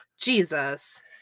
Jesus